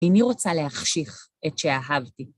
אם היא רוצה להחשיך את שאהבתי.